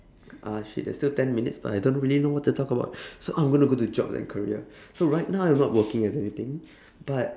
ah shit there's still ten minutes but I don't really know what to talk about so I'm gonna go to jobs and career so right now I'm not working or anything but